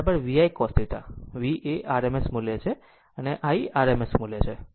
V એ RMS મૂલ્ય છે અને I RMS મૂલ્ય છે